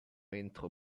entro